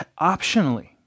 optionally